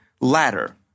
ladder